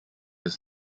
his